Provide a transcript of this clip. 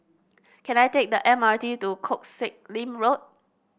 can I take the M R T to Koh Sek Lim Road